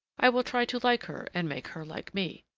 i will try to like her and make her like me.